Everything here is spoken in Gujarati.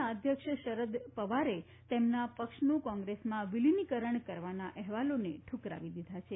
ના અધ્યક્ષ શરદ પવારે તેમના પક્ષનું કોંગ્રેસમાં વિલીનીકરણ કરવાના અહેવાલોને ઠુકરાવી દીધા છે